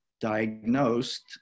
diagnosed